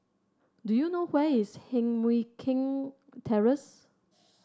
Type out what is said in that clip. do you know where is Heng Mui Keng Terrace